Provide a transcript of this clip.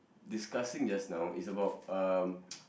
discussing just now is about um